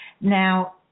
Now